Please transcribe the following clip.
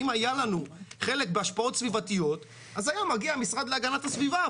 אם היה לנו חלק בהשפעות סביבתיות אז היה מגיע המשרד להגנת הסביבה.